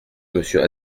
monsieur